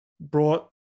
brought